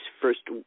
first